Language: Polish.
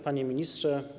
Panie Ministrze!